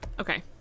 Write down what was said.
okay